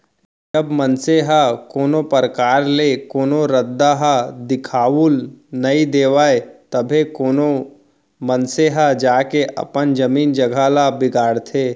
जब मनसे ल कोनो परकार ले कोनो रद्दा ह दिखाउल नइ देवय तभे कोनो मनसे ह जाके अपन जमीन जघा ल बिगाड़थे